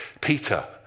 Peter